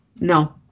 No